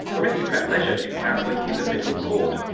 aristocrat leisure is currently in the federal court.